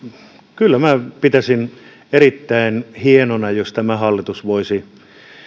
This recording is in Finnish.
kyllä minä pitäisin erittäin hienona jos tämä hallitus voisi